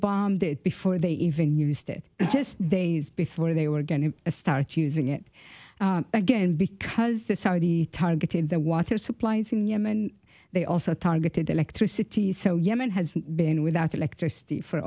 bombed it before they even used it just days before they were going to start using it again because the saudi targeted the water supplies in yemen they also targeted electricity so yemen has been without electricity for